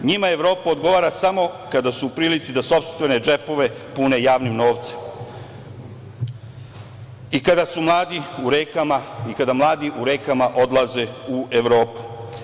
Njima Evropa odgovara samo kada su u prilici da sopstvene džepove pune javnim novcem i kada su mladi u rekama i kada mladi u rekama odlaze u Evropu.